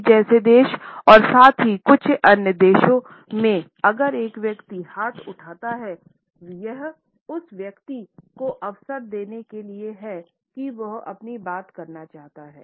Italy जैसे देश और साथ ही कुछ अन्य देशों में अगर एक व्यक्ति हाथ उठाता है यह उस व्यक्ति को अवसर देने के लिए है कि वह बात करना चाहता हैं